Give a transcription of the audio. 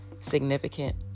significant